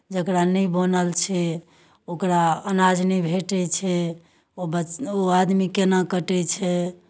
जकरा नहि बनल छै ओकरा अनाज नहि भेटै छै ओ बच ओ आदमी केना कटै छै